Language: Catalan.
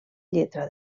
lletra